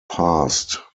passed